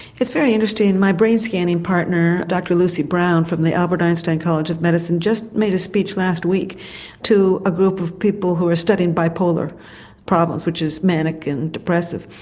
it's very interesting, and my brain scanning partner dr lucy brown from the albert einstein college of medicine just made a speech last week to a group of people who are studying bipolar problems, which is manic and depressive.